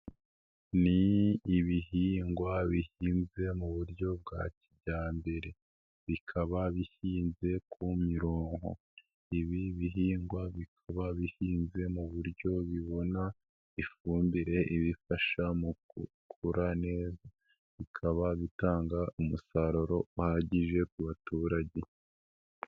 Ni ibihingwa bihinze mu buryo bwa kijyambere, bikaba bihinze ku mirongo. Ibi bihingwa bikaba bihinze mu buryo bibona ifumbire ibifasha mu gukura neza, bikaba bitanga umusaruro uhagije ku baturage.